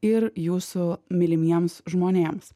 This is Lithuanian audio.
ir jūsų mylimiems žmonėms